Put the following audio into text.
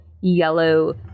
yellow